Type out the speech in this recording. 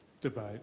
debate